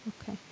okay